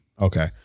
okay